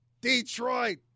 Detroit